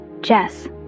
Jess